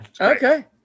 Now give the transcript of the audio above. Okay